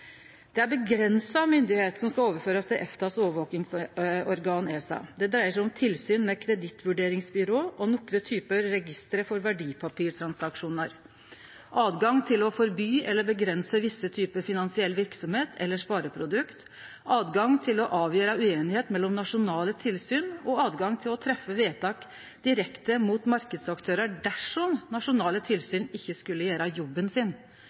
Det er avgrensa myndigheit som skal overførast til EFTAs overvakingsorgan, ESA. Det dreier seg om tilsyn med kredittvurderingsbyrå og nokre typar register for verdipapirtransaksjonar, rett til å forby eller avgrense visse typar finansiell verksemd eller spareprodukt, rett til å avgjere ueinigheit mellom nasjonale tilsyn og rett til å treffe vedtak direkte mot marknadsaktørar dersom nasjonale tilsyn ikkje skulle gjere jobben sin.